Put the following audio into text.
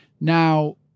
Now